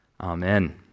Amen